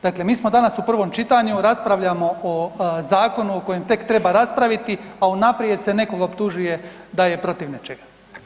Dakle mi smo danas u prvom čitanju, raspravljamo o zakonu o kojem tek treba raspraviti, a unaprijed se nekoga optužuje da je protiv nečega.